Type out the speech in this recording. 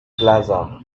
plaza